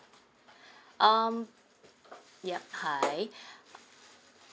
um yup hi